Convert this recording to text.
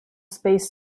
space